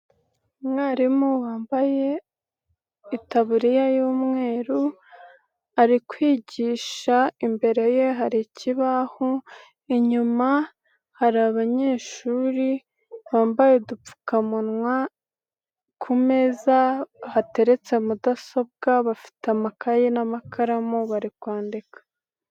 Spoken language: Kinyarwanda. Umwarimu wambaye itaburiya y'umweru, ari kwigisha imbere ye hari ikibaho, inyuma hari abanyeshuri bambaye udupfukamunwa, ku meza hateretse mudasobwa, bafite amakaye n'amakaramu, bari kwandika.